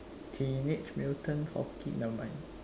teenage mutant hockey never mind